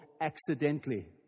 accidentally